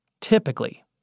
typically